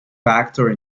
factor